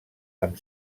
amb